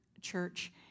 church